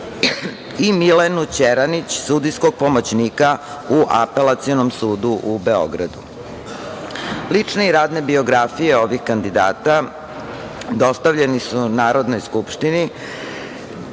i Milenu Ćeranić, sudijskog pomoćnika u Apelacionom sudu u Beogradu. Lične i radne biografije ovih kandidata dostavljeni su Narodnoj skupštini